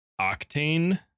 Octane